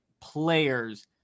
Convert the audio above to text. players